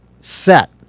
set